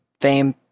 fame